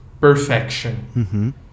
perfection